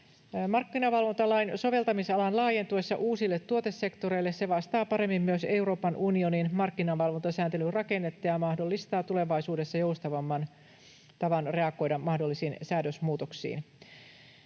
Markkinavalvontalain soveltamisalan laajentuessa uusille tuotesektoreille se vastaa paremmin myös Euroopan unionin markkinavalvontasääntelyn rakennetta ja mahdollistaa tulevaisuudessa joustavamman tavan reagoida mahdollisiin säädösmuutoksiin.